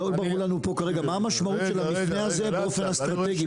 לא ברור לנו מה המשמעות של המפנה הזה באופן אסטרטגי,